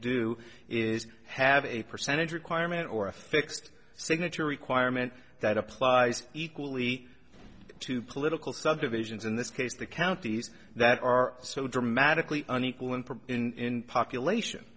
do is have a percentage requirement or a fixed signature requirement that applies equally to political subdivisions in this case the counties that are so dramatically unequal and in population